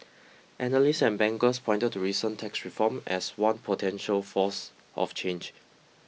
analysts and bankers pointed to recent tax reform as one potential force of change